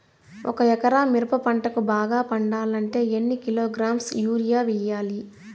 ఒక ఎకరా మిరప పంటకు బాగా పండాలంటే ఎన్ని కిలోగ్రామ్స్ యూరియ వెయ్యాలి?